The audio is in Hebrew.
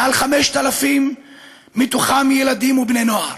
מעל 5,000 מתוכם ילדים ובני נוער,